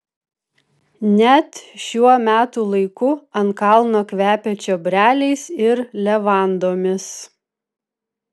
net šiuo metų laiku ant kalno kvepia čiobreliais ir levandomis